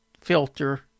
filter